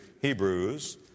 Hebrews